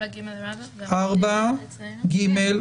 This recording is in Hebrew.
4 ג'